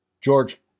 George